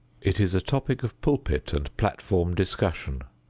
it is a topic of pulpit and platform discussion.